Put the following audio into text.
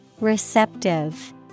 Receptive